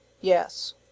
Yes